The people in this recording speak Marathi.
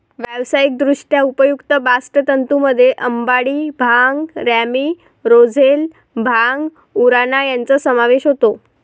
व्यावसायिकदृष्ट्या उपयुक्त बास्ट तंतूंमध्ये अंबाडी, भांग, रॅमी, रोझेल, भांग, उराणा यांचा समावेश होतो